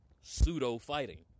pseudo-fighting